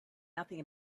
nothing